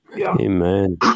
Amen